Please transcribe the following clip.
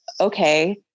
okay